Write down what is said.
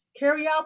carryout